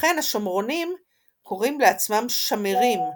לכן, השומרונים קוראים לעצמם "שמרים"